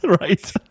Right